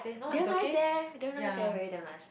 damn nice leh damn nice leh really damn nice